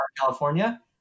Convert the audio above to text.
California